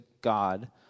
God